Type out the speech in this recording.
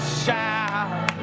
shout